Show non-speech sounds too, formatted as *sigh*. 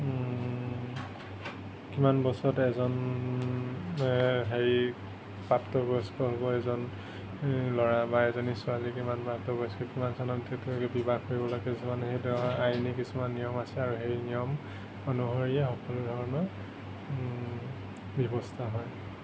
কিমান বছৰত এজন হেৰি প্ৰাপ্তবয়স্ক হ'ব এজন ল'ৰা বা এজনী ছোৱালী কিমান প্ৰাপ্তবয়স্ক কিমান চনত *unintelligible* বিবাহ কৰিব লাগে কিছুমান সেইটো আইনী কিছুমান নিয়ম আছে আৰু সেই নিয়ম অনুসৰিয়েই সকলো ধৰণৰ ব্যৱস্থা হয়